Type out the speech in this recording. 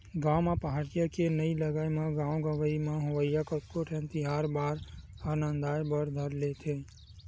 गाँव म पहाटिया के नइ लगई म गाँव गंवई म होवइया कतको ठन तिहार बार ह नंदाय बर धर लेथे